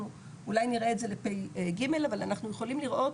אנחנו אולי נראה את זה לפג' אבל אנחנו יכולים לראות